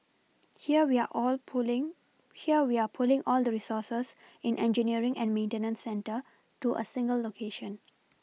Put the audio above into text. here we are all pulling here we are pulling all the resources in engineering and maintenance centre to a single location